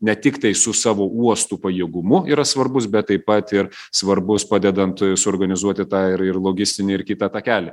ne tiktai su savo uostų pajėgumu yra svarbus bet taip pat ir svarbus padedant suorganizuoti tą ir ir logistinį ir kitą takelį